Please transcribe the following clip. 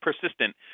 persistent